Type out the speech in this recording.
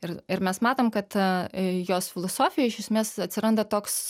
ir ir mes matom kad jos filosofijoj iš esmės atsiranda toks